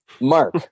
Mark